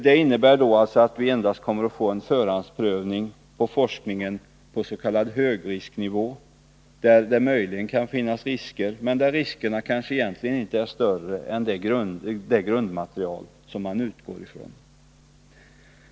Det innebär att vi endast kommer att få en förhandsprövning när det gäller forskningen på s.k. högrisknivå, där det möjligen kan finnas risker men där riskerna egentligen inte är större än i det grundmaterial som man utgår ifrån.